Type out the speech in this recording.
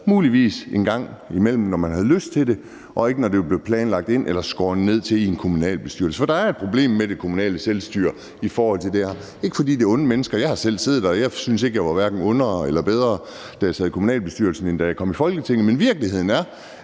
et bad en gang imellem, når man havde lyst til det, og ikke når det var blevet planlagt eller antallet skåret ned til ét i en kommunalbestyrelse. Der er et problem med det kommunale selvstyre i forhold til det her. Det er ikke, fordi det er onde mennesker. Jeg har selv siddet der, og jeg synes ikke, jeg hverken var ondere eller bedre, da jeg sad i kommunalbestyrelsen, end da jeg kom i Folketinget, men virkeligheden er,